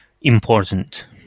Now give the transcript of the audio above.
important